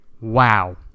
Wow